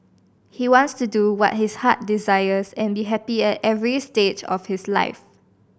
he wants to do what his heart desires and be happy at every stage of his life